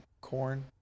corn